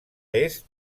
est